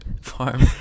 Farm